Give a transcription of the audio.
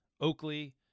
Oakley